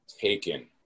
Taken